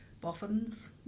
boffins